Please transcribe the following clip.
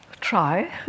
try